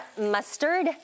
mustard